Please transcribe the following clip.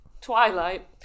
Twilight